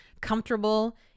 comfortable